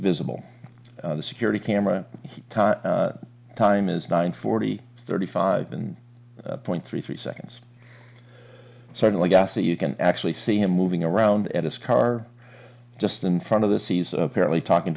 visible security camera time is nine forty thirty five and point three three seconds certainly gas that you can actually see him moving around at his car just in front of the seas apparently talking